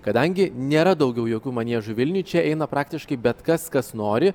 kadangi nėra daugiau jokių maniežų vilniuj čia eina praktiškai bet kas kas nori